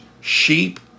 sheep